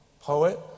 poet